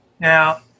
Now